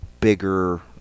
bigger